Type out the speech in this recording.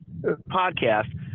podcast